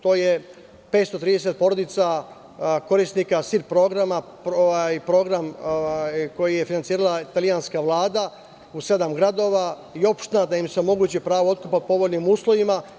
To je 530 porodica korisnika SIR programa, programa koji je finansirala italijanska Vlada u sedam gradova i opština, da im se omogući pravo otkupa po povoljnim uslovima.